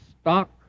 stock